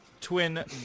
twin